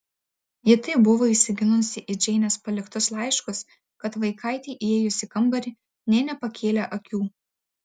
ji taip buvo įsigilinusi į džeinės paliktus laiškus kad vaikaitei įėjus į kambarį nė nepakėlė akių